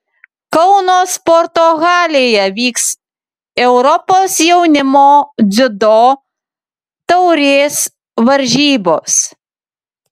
kauno sporto halėje vyks europos jaunimo dziudo taurės varžybos